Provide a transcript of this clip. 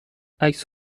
عکس